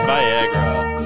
Viagra